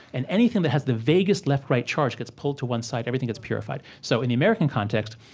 and anything that has the vaguest left-right charge gets pulled to one side. everything gets purified. so in the american context,